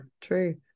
True